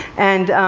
and